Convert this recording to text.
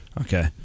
Okay